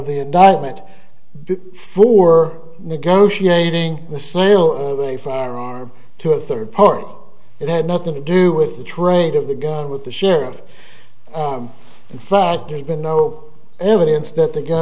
the indictment for negotiating the sale of a firearm to a third party it had nothing to do with the trade of the gun with the sheriff in fact there's been no evidence that the gu